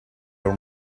your